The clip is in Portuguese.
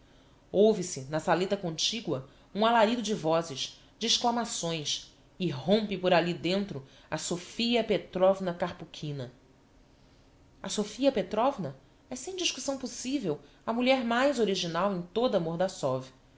ouve-se na saleta contigua um alarido de vozes de exclamações e rompe por ali dentro a sofia petrovna karpukhina a sofia petrovna é sem discussão possivel a mulher mais original em toda mordassov